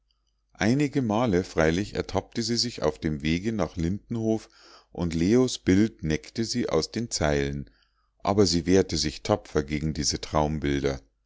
einige male freilich ertappte sie sich auf dem wege nach lindenhof und leos bild neckte sie aus den zeilen aber sie wehrte sich tapfer gegen diese